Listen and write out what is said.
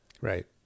right